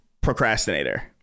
procrastinator